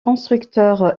constructeurs